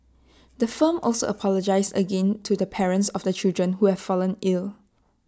the firm also apologised again the parents of the children who have fallen ill